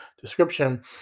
description